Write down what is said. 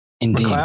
Indeed